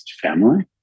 family